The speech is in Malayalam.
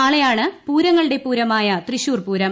നാളെയാണ് പൂരങ്ങളുടെ പൂരമായ തൃശൂർപൂരം